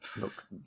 look